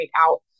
out